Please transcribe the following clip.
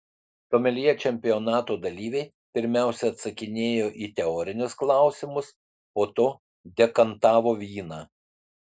someljė čempionato dalyviai pirmiausia atsakinėjo į teorinius klausimus po to dekantavo vyną